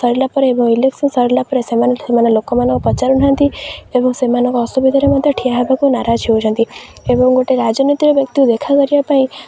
ସରିଲା ପରେ ଏବଂ ଇଲେକ୍ସନ୍ ସରିଲା ପରେ ସେମାନେ ସେମାନେ ଲୋକମାନଙ୍କୁ ପଚାରୁ ନାହାନ୍ତି ଏବଂ ସେମାନଙ୍କ ଅସୁବିଧାରେ ମଧ୍ୟ ଠିଆ ହେବାକୁ ନାରଜ ହେଉଛନ୍ତି ଏବଂ ଗୋଟେ ରାଜନୈତିର ବ୍ୟକ୍ତିକୁ ଦେଖା କରିବା ପାଇଁ